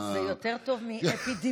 זה יותר טוב מ"אפידמיולוגיים",